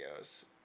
videos